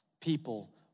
people